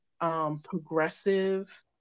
progressive